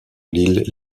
l’île